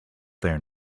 there